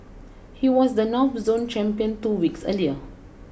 he was the North Zone champion two weeks earlier